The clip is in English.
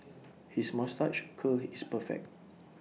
his moustache curl is perfect